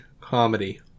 comedy